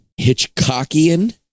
Hitchcockian